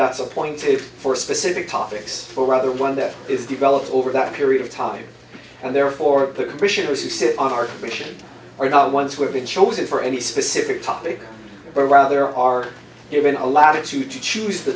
that's appointed for specific topics or rather one that is developed over that period of time and therefore the commissioners who sit on our commission are not ones who have been chosen for any specific topic but rather are given a latitude to choose the